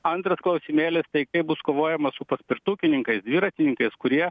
antras klausimėlis tai kaip bus kovojama su paspirtukininkais dviratininkais kurie